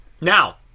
Now